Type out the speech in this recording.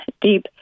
deep